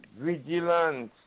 vigilance